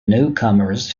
newcomers